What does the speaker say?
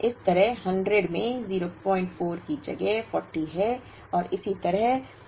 इसी तरह 100 में 04 की जगह 40 है और इसी तरह 40 है